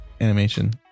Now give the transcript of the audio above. animation